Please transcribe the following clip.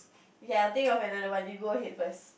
ya I'll think of another one you go ahead first